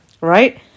right